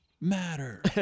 Matter